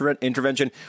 intervention